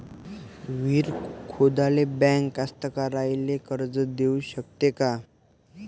विहीर खोदाले बँक कास्तकाराइले कर्ज देऊ शकते का?